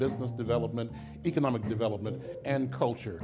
business development economic development and culture